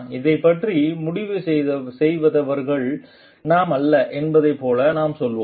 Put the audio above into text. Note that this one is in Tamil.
இதைப் பற்றி முடிவு செய்தவர்கள் நாம் அல்ல என்பதைப் போல நாம் சொல்வோம்